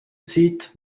zieht